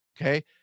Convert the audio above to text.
okay